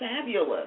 fabulous